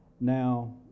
Now